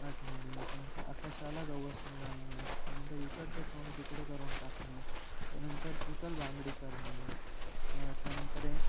आठवणे त्यानंतर आकाशाला गवसणी घालणे त्यानंतर इकडचं तोंड तिकडे करून टाकणे त्यानंतर उचलबांगडी करणे त्यानंतर आहे